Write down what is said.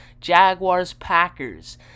Jaguars-Packers